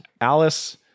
alice